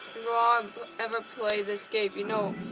ah um ever played this game, you know